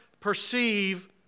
perceive